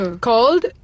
called